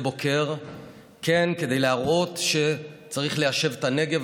בוקר כדי להראות שצריך ליישב את הנגב,